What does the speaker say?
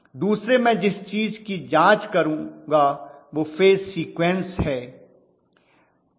दूसरे मैं जिस की जांच करूंगा वह फेज सीक्वेंस है